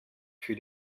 für